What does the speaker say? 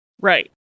right